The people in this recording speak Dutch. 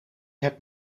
heb